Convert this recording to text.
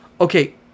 Okay